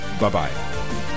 Bye-bye